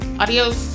Adiós